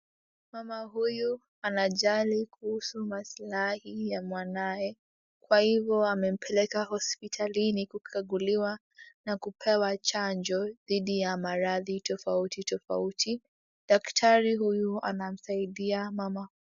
Mama huyu anajali kuhusu maslahi ya mwanawe kwa hivo amempeleka hospitalini kukaguliwa na kupewa chanjo dhidi ya maradhi tofauti tofauti. Daktari huyu anamsaidia mama.